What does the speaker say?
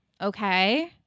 Okay